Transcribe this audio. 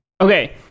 Okay